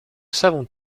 savons